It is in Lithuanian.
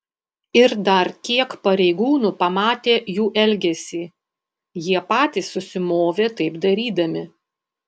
ir dar kiek pareigūnų pamatė jų elgesį jie patys susimovė taip darydami